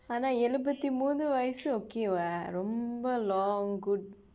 ஆனால் எழுபத்தி மூன்றுல வயசு:aanaal ezhupaththi muunru vayasu okay [what] ரொம்ப:rompa long good